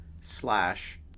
slash